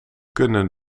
kunnen